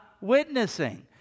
witnessing